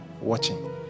watching